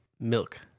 Milk